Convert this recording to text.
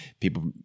people